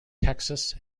texas